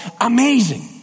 Amazing